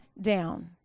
down